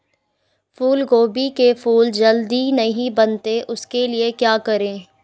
फूलगोभी के फूल जल्दी नहीं बनते उसके लिए क्या करें?